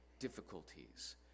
difficulties